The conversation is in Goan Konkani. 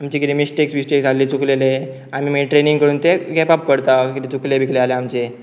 आमचे कितें मिस्टेक्स विस्तेक कितें चुकले आमी मागीर ट्रेनींग करून ते गॅप अप करता किदें चुकलें जाल्यार आमचें